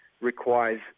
requires